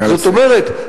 זאת אומרת,